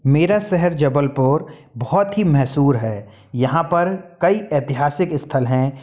मेरा शहर जबलपुर बहुत ही मशहूर है यहाँ पर कई ऐतिहासिक स्थल हैं